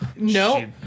No